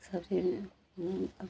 सब चीज में जौन अब